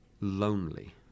lonely